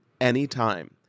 anytime